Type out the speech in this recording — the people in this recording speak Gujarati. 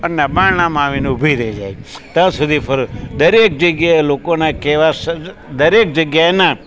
અને બારણામાં આવીને ઊભી રહી જાય ત્યાં સુધી ફરું દરેક જગ્યાએ લોકોના કેવા દરેક જગ્યાએના